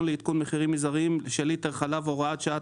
לעדכון מחירים מזעריים של ליטר חלב) (הוראת שעה),